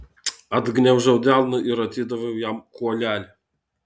atgniaužiau delną ir atidaviau jam kuolelį